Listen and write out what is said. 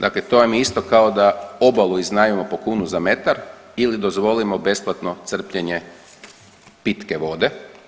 Dakle, to vam je isto kao da obalu iznajmimo po kunu za metar ili dozvolimo besplatno crpljenje pitke vode.